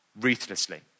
ruthlessly